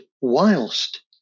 whilst